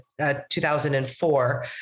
2004